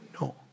No